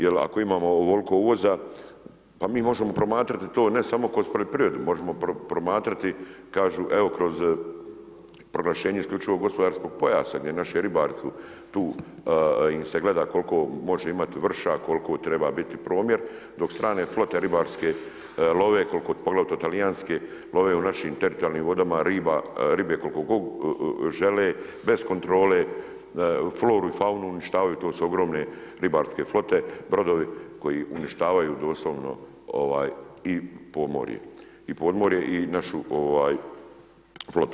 Jer ako imamo ovoliko uvoza, pa mi možemo promatrati to ne samo kroz poljoprivredu, možemo promatrati, kažu evo kroz proglašenje isključivo gospodarskog pojasa gdje naši ribari su tu, im se gleda koliko može imati vrša, koliko treba biti promjer dok strane flote ribarske love, poglavito talijanske, love u našim teritorijalnim vodama ribe koliko god žele, bez kontrole, floru i faunu uništavaju, to su ogromne ribarske flote, brodovi koji uništavaju doslovno i pomorje, i podmorje i našu flotu.